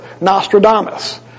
Nostradamus